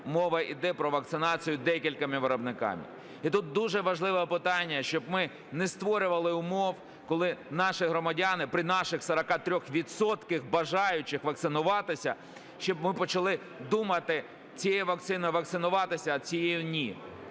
мова йде про вакцинацію декількома виробниками. І тут дуже важливе питання, щоб ми не створювали умов, коли наші громадяни при наших 43 відсотках бажаючих вакцинуватися, щоб ми почали думати, цією вакциною вакцинуватися, а цією ні.